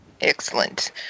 Excellent